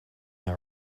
her